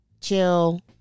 chill